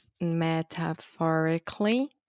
metaphorically